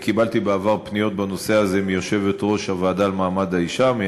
אני קיבלתי בעבר פניות בנושא הזה מיושבת-ראש הוועדה למעמד האישה,